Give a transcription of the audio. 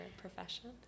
profession